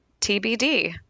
TBD